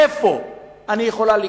איפה אני יכולה לקנות?